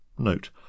note